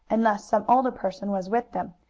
unless some older person was with them,